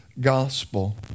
gospel